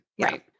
Right